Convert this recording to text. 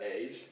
age